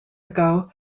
ago